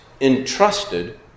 entrusted